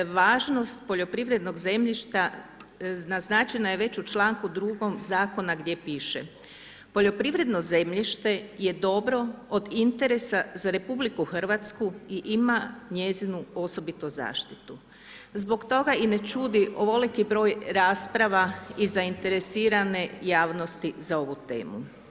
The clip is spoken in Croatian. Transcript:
Važnost poljoprivrednog zemljišta naznačena je već u članku drugom zakona gdje piše: „Poljoprivredno zemljište je dobro od interesa za Republiku Hrvatsku i ima njezinu osobitu zaštitu.“ Zbog toga i ne čudi ovoliki broj rasprava i zainteresirane javnosti za ovu temu.